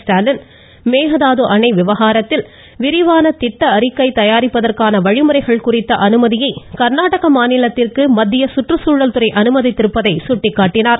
ஸ்டாலின் மேகதாது அணை விவகாரத்தில் விரிவான திட்ட அறிக்கை தயாரிப்பதற்கான வழிமுறைகள் குறித்த அனுமதியை கா்நாடக மாநிலத்திற்கு மத்திய குற்றுச்சூழல் துறை அனுமதித்திருப்பதை சுட்டிக்காட்டினார்